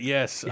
Yes